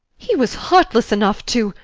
he was heartless enough to